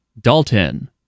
Dalton